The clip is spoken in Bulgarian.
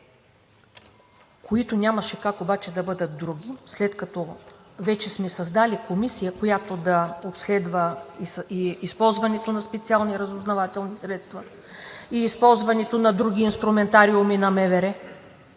които нямаше как обаче да бъдат други, след като вече сме създали Комисия, която да обследва и използването на специални разузнавателни средства, и използването на други инструментариуми на МВР.